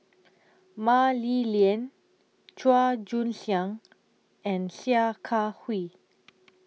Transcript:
Mah Li Lian Chua Joon Siang and Sia Kah Hui